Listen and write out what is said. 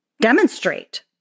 demonstrate